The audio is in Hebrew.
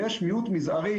ויש מיעוט מזערי,